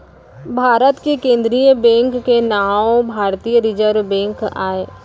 भारत के केंद्रीय बेंक के नांव भारतीय रिजर्व बेंक आय